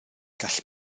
gall